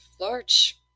large